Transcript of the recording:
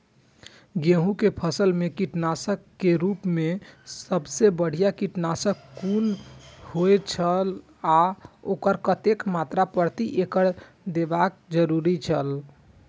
गेहूं के फसल मेय कीटनाशक के रुप मेय सबसे बढ़िया कीटनाशक कुन होए छल आ ओकर कतेक मात्रा प्रति एकड़ देबाक जरुरी छल?